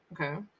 Okay